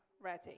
ready